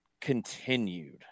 continued